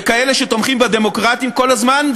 וכאלה שתומכים בדמוקרטים כל הזמן,